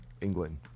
England